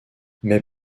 mais